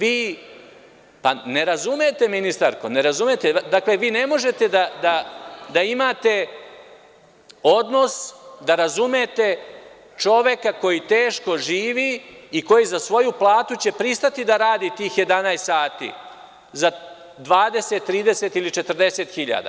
Vi, pa ne razumete ministarko, dakle, vi ne možete da imate odnos da razumete čoveka koji teško živi i koji za svoju platu će pristati da radi tih 11sati za 20, 30, 40 hiljada.